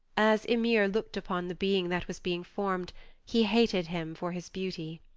as ymir looked upon the being that was being formed he hated him for his beauty.